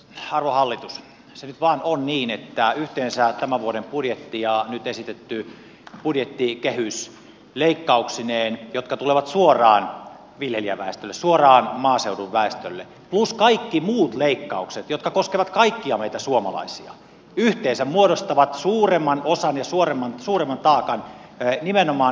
arvon hallitus se nyt vaan on niin että yhteensä tämän vuoden budjetti ja nyt esitetty budjettikehys leikkauksineen jotka tulevat suoraan viljelijäväestölle suoraan maaseudun väestölle plus kaikki muut leikkaukset jotka koskevat kaikkia meitä suomalaisia muodostavat suuremman osan ja suuremman taakan nimenomaan maaseudun väelle